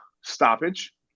stoppage